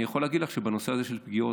אני יכול להגיד לך שבנושא של פגיעות